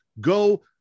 go